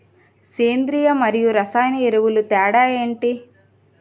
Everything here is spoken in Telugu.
సేంద్రీయ మరియు రసాయన ఎరువుల తేడా లు ఏంటి?